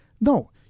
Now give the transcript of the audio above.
No